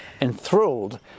enthralled